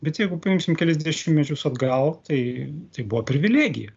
bet jeigu paimsime kelis dešimtmečius atgal tai tai buvo privilegija